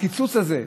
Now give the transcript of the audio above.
הקיצוץ הזה,